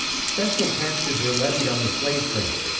special taxes were levied on the slave trade.